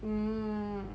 mm